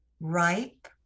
ripe